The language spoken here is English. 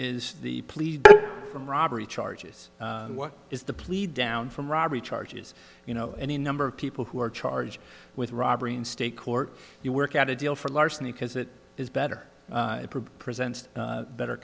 police from robbery charges what is the plead down from robbery charges you know any number of people who are charged with robbery in state court you work out a deal for larceny because it is better presents better